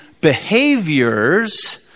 behaviors